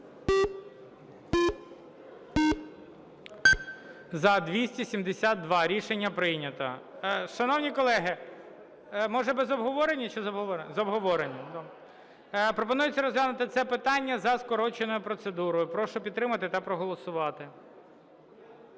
За-272 Рішення прийнято. Шановні колеги, може, без обговорення? Чи з обговоренням? З обговоренням. Пропонується розглянути це питання за скороченою процедурою. Прошу підтримати та проголосувати.